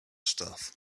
stuff